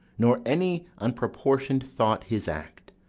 nor any unproportion'd thought his act.